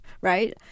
Right